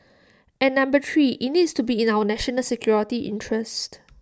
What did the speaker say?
and number three IT needs to be in our national security interests